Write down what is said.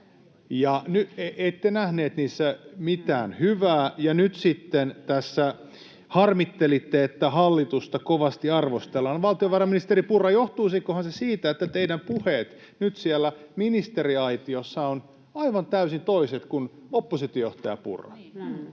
— Ette nähneet niissä mitään hyvää ja nyt sitten tässä harmittelitte, että hallitusta kovasti arvostellaan. No, valtiovarainministeri Purra, johtuisikohan se siitä, että teidän puheenne nyt siellä ministeriaitiossa ovat aivan täysin toiset kuin oppositiojohtaja Purran?